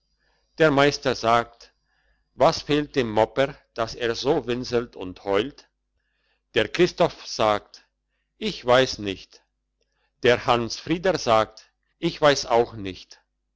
der meister sagt was fehlt dem mopper dass er so winselt und heult der christoph sagt ich weiss nicht der hans frieder sagt ich weiss auch nicht